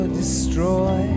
destroy